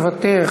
מוותר,